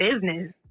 business